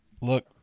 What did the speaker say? Look